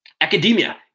Academia